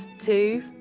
two,